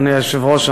אדוני היושב-ראש,